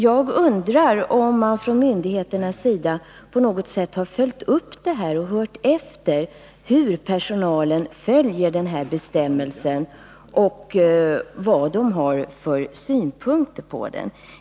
Jag undrar om man från myndigheternas sida på något sätt har följt upp detta och hört efter hur personalen följer bestämmelsem och vad den har för synpunkter på denna.